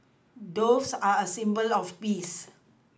doves are a symbol of peace